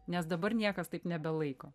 nes dabar niekas taip nebelaiko